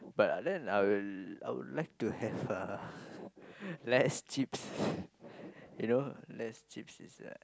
but then I will I will like to have uh less chips you know less chips is a